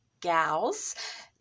gals